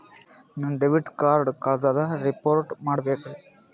ನನ್ನ debit card ಕಳ್ದದ report ಮಾಡಬೇಕ್ರಿ